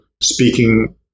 speaking